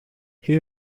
who